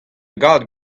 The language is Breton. gaout